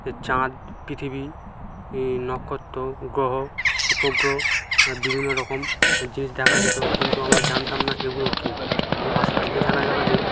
এই চাঁদ পৃথিবী নক্ষত্র গ্রহ উপগ্রহ হ্যাঁ বিভিন্ন রকম জিনিস দেখা যেতো কিন্তু আমরা জানতাম না এগুলো কী কিন্তু আস্তে আস্তে জানা গেল যে